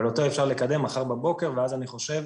אבל אותו אפשר לקדם מחר בבוקר ואז אני חושב